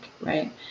right